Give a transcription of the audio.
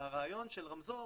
הרעיון של רמזור,